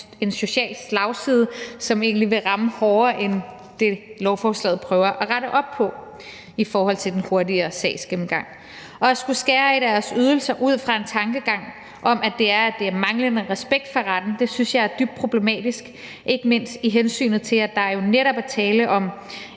en social slagside, som egentlig vil ramme hårdere end det, som lovforslaget prøver at rette op på med hensyn til den hurtigere sagsgennemgang. At skulle skære i deres ydelser ud fra en tankegang om, at det er på grund af manglende respekt for retten, synes jeg er dybt problematisk, ikke mindst i hensynet til, at der jo netop er tale om